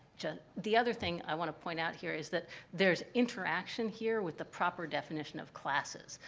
just the other thing i want to point out here is that there's interaction here with the proper definition of classes.